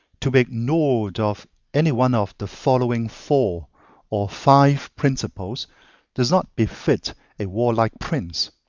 to be ignored of any one of the following four or five principles does not befit a warlike prince.